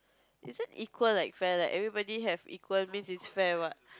is it equal like fair like everybody have equal means it's fair what